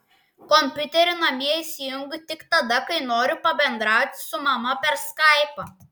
kompiuterį namie įsijungiu tik tada kai noriu pabendrauti su mama per skaipą